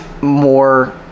more